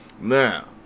Now